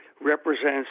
represents